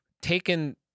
taken